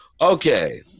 Okay